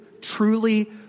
truly